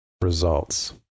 results